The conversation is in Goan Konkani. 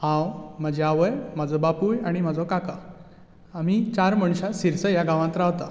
हांव म्हजी आवय म्हजो बापूय आनी म्हजो काका आमी चार मनशां शिरसय ह्या गांवांत रावता